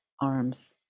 arms